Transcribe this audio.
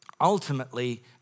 Ultimately